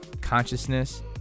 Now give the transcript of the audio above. consciousness